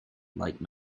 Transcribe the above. like